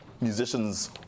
musicians